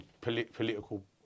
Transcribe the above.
political